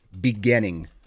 beginning